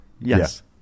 Yes